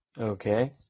Okay